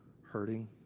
hurting